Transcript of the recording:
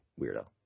weirdo